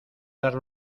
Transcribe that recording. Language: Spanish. dar